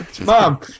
Mom